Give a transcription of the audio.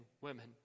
women